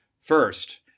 First